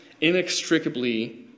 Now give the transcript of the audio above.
inextricably